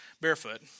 barefoot